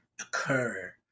occur